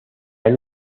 han